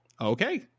Okay